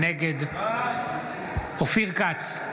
נגד אופיר כץ,